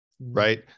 right